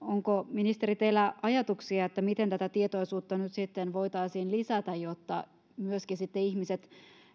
onko ministeri teillä ajatuksia siitä miten tätä tietoisuutta nyt voitaisiin lisätä jotta ihmiset myöskin